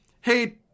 Hey